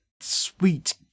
sweet